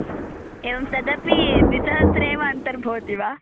एवं तदपि द्विसहस्रे एव अन्तर्भवति वा